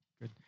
good